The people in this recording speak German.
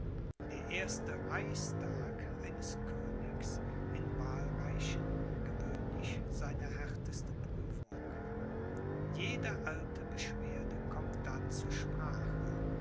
der erste reichstag eines königs in wahlreichen gewöhnlich seine härteste prüfung jede alte beschwerde kommt da zur sprache